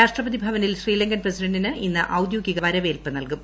രാഷ്ട്രപതി ഭവനിൽ ശ്രീലങ്കൻ പ്രസിഡന്റിന് ഇന്ന് ഔദ്യോഗിക വരവേൽപ്പ് നൽകും